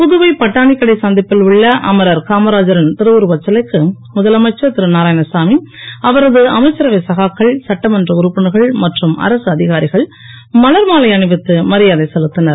புதுவை பட்டாணிக்கடை சந்திப்பில் உள்ள அமரா காமராஜரின் திருவுருவச் சிலைக்கு முதலமைச்சர் திரு நாராயணசாமி அவரது அமைச்சரவை சகாக்கள் சட்டமன்ற உறுப்பினர்கள் மற்றும் அரசு அதிகாரிகள் மலர் மாலை அணிவித்து மரியாதை செலுத்தினர்